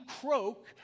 croak